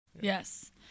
Yes